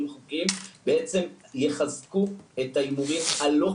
בעצם יחזקו את ההימורים הלא חוקיים.